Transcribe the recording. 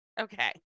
okay